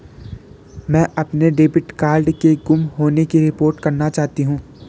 मैं अपने debit card के गुम होने की रिपोर्ट करना चाहती हूँ